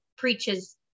preaches